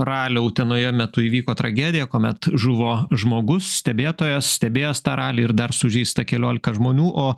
ralio utenoje metu įvyko tragedija kuomet žuvo žmogus stebėtojas stebėjęs tą ralį ir dar sužeista keliolika žmonių o